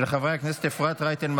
לא נתקבלה.